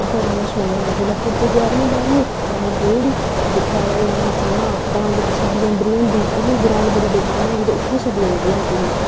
ते बड़ा शौक होंदा ते जेल्लै पुज्जे ग्हारमीं बाह्रमीं ते अस गे उठी दिक्खेआ भाई इन्ना सोह्ना कन्नै जेह्की छब्बी जनबरी होंदी उ'आं ग्राउंड बड़ी बड्डी नुआढी ते इत्थै छब्बी जनबरी होंदी ही